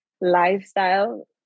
lifestyle